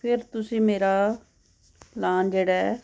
ਫਿਰ ਤੁਸੀਂ ਮੇਰਾ ਪਲਾਨ ਜਿਹੜਾ ਹੈ